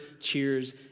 cheers